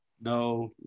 no